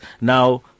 Now